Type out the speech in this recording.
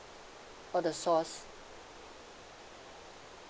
all the sauce